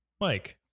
Mike